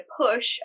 push